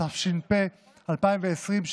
התש"ף 2020,